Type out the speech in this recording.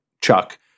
Chuck